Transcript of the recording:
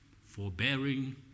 forbearing